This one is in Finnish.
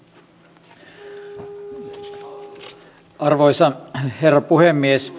arvoisa herra puhemies